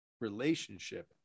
relationship